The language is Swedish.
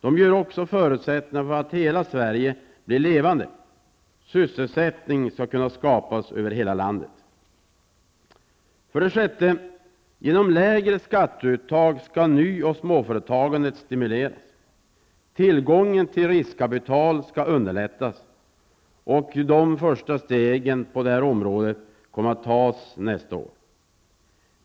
De ger förutsättningar för att hela Sverige blir levande. Sysselsättning skall kunna skapas över hela landet. 6. Genom lägre skatteuttag skall ny och småföretagandet stimuleras. Tillgången till riskkapital skall underlättas. Ett första steg på detta område skall tas nästa år.